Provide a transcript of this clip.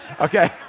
okay